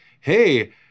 hey